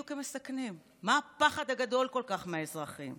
ולהסביר בפשטות את התוכנית האסטרטגית שעומדת מאחוריהן.